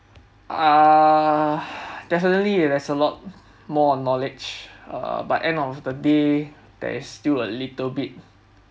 uh definitely there is a lot more on knowledge uh but end of the day there is still a little bit